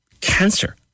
cancer